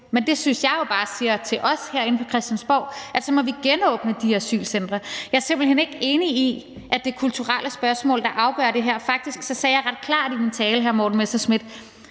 Det synes jeg jo bare siger til os herinde på Christiansborg, at så må vi genåbne de asylcentre. Jeg er simpelt hen ikke enig i, at det er kulturelle spørgsmål, der afgør det her. Faktisk sagde jeg ret klart i min tale, hr. Morten Messerschmidt,